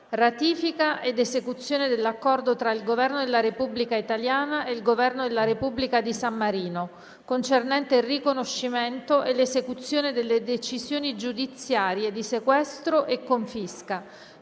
«Ratifica ed esecuzione dell'Accordo tra il Governo della Repubblica italiana e il Governo della Repubblica di San Marino concernente il riconoscimento e l'esecuzione delle decisioni giudiziarie di sequestro e confisca,